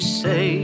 say